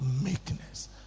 Meekness